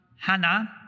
Hannah